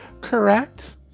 correct